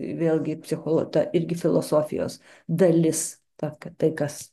vėlgi psicholo ta irgi filosofijos dalis ta kad tai kas